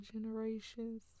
generations